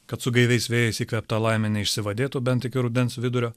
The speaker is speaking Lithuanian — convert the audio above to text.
kad su gaiviais vėjais įkvėpta laimė neišsivadėtų bent iki rudens vidurio